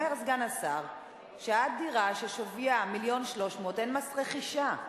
אומר סגן השר שעד דירה ששוויה 1.3 מיליון אין מס רכישה.